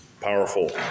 powerful